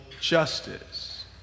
justice